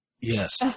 yes